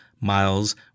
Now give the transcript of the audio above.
miles